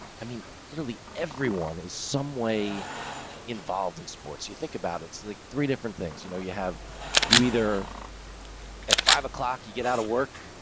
i mean literally everyone is some way involved in sports. you think about it like three different things. you know, you have you either at five o'clock, you get out of work,